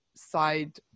side